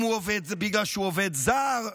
אם בגלל שהוא עובד זר,